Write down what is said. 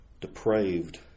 depraved